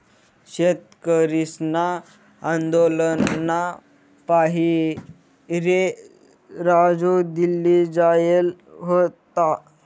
शेतकरीसना आंदोलनना पाहिरे राजू दिल्ली जायेल व्हता